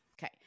Okay